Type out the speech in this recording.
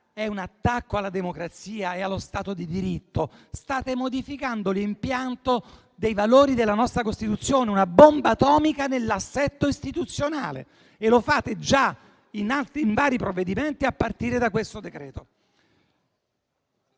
un attacco alla democrazia e allo Stato di diritto. State modificando l'impianto dei valori della nostra Costituzione, una bomba atomica nell'assetto istituzionale, e lo fate in vari provvedimenti, a partire da questo decreto-legge.